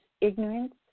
ignorance